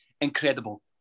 incredible